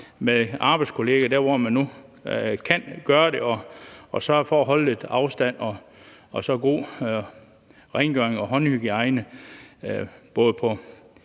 med arbejdskolleger der, hvor man nu kan gøre det, og sørger for at holde lidt afstand og for god rengøring og håndhygiejne, både i